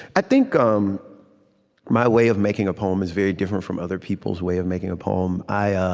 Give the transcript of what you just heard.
i think um my way of making a poem is very different from other people's way of making a poem. i ah